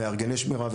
מארגני שמירה,